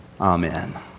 Amen